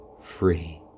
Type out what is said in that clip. free